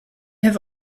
have